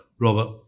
Robert